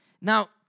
Now